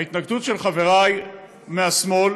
ההתנגדות של חברי מהשמאל